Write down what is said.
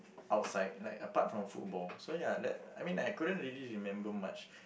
outside like apart from football so ya that I mean I couldn't really remember much